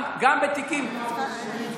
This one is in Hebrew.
אני לא רוצה שינויים?